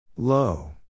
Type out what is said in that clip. Low